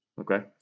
Okay